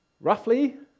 Roughly